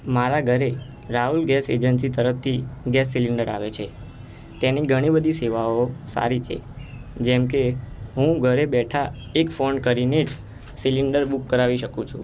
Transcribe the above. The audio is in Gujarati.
મારા ઘરે રાહુલ ગેસ એજન્સી તરફથી ગેસ સિલીન્ડર આવે છે તેની ઘણી બધી સેવાઓ સારી છે જેમ કે હું ઘરે બેઠા એક ફોન કરીને જ સિલીન્ડર બૂક કરાવી શકું છું